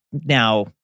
now